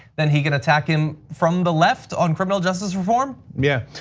then he can attack him from the left on criminal justice reform? yeah,